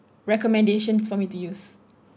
recommendations for me to use